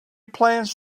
plans